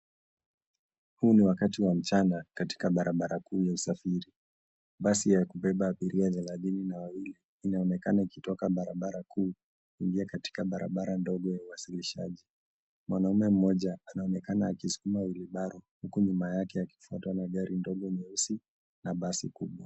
Huu ni wakati wa mchana katika barabara kuu ya usafiri. Basi la kubeba abiria thelathini na wawili linaonekana likitoka barabara kuu ikiingia kwa barabara ndogo ya uwasilishaji. Mwanaume mmoja anaonekana akisukuma wheelbarrow i, huku nyuma yake akifuatwa na gari dogo nyeusi na basi kubwa.